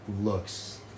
looks